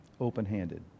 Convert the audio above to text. open-handed